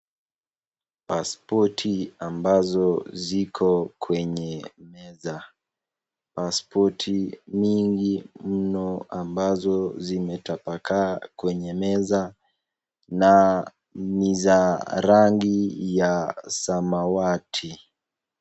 Paspoti ambazo ziko kwenye meza. Paspoti nyingi mno ambazo zimetapakaa kwenye meza na ni za rangi ya samawati.